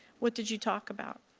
what did you talk about?